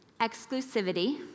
exclusivity